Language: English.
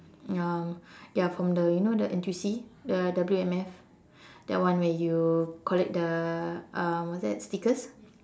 um ya from the you know the N_T_U_C the W_M_F that one where you collect the um what's that stickers